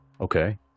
okay